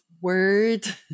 word